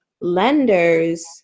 lenders